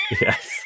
Yes